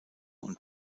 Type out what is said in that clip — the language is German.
und